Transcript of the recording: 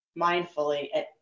mindfully